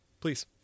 Please